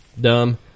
Dumb